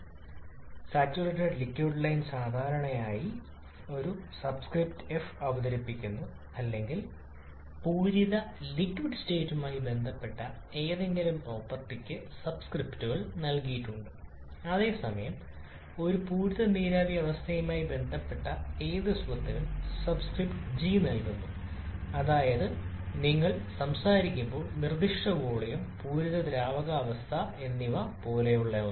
തെർമോഡൈനാമിക്സിൽ saturated liquid state സാധാരണയായി ഒരു subscript F അവതരിപ്പിക്കുന്നു അല്ലെങ്കിൽ പൂരിത ലിക്വിഡ് സ്റ്റേറ്റുമായി ബന്ധപ്പെട്ട ഏതെങ്കിലും പ്രോപ്പർട്ടിക്ക് സബ്സ്ക്രിപ്റ്റുകൾ നൽകിയിട്ടുണ്ട് അതേസമയം ഒരു പൂരിത നീരാവി അവസ്ഥയുമായി ബന്ധപ്പെട്ട ഏത് സ്വത്തിനും സബ്സ്ക്രിപ്റ്റ് g നൽകുന്നു അതായത് നിങ്ങൾ സംസാരിക്കുമ്പോൾ നിർദ്ദിഷ്ട വോളിയം പൂരിത ദ്രാവകാവസ്ഥ എന്നിവ പോലുള്ള ഒന്ന്